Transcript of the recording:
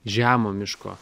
žemo miško